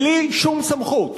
בלי שום סמכות.